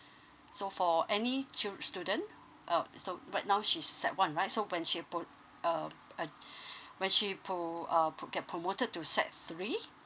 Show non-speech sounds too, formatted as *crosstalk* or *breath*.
so for any chil~ student oh so right now she's sec one right so when she pro~ uh uh *breath* when she pro~ uh get promoted to sec three